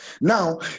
Now